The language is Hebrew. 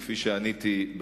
כפי שעניתי בעבר,